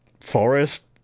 Forest